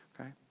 okay